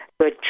good